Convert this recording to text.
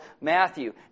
matthew